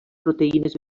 proteïnes